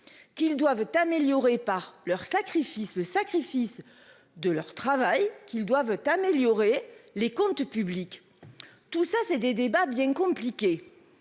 Qu'ils doivent être améliorés par leur sacrifice le sacrifice de leur travail, qu'ils doivent améliorer les comptes publics. Tout ça c'est des débats bien compliqué.